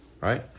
right